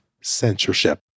censorship